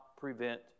prevent